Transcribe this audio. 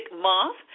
Month